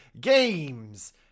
Games